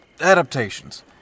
adaptations